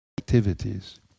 activities